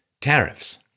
tariffs